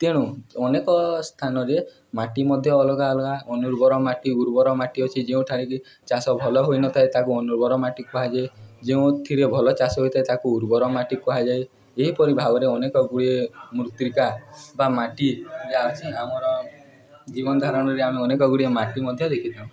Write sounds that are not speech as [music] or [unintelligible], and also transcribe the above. ତେଣୁ ଅନେକ ସ୍ଥାନରେ ମାଟି ମଧ୍ୟ ଅଲଗା ଅଲଗା ଅନୁର୍ବର ମାଟି ଉର୍ବର ମାଟି ଅଛି ଯେଉଁଠାରେ କିି ଚାଷ ଭଲ ହୋଇନଥାଏ ତାକୁ ଅନୁର୍ବର ମାଟି କୁହାଯାଏ ଯେଉଁଥିରେ ଭଲ ଚାଷ ହୋଇଥାଏ ତାକୁ ଉର୍ବର ମାଟି କୁହାଯାଏ ଏହିପରି ଭାବରେ ଅନେକ ଗୁଡ଼ିଏ ମୃତ୍ତିକା ବା ମାଟି [unintelligible] ଅଛି ଆମର ଜୀବନ ଧାରଣରେ ଆମେ ଅନେକ ଗୁଡ଼ିଏ ମାଟି ମଧ୍ୟ ଦେଖିଥାଉ